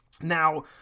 Now